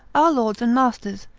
our lords and masters,